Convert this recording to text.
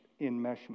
Enmeshment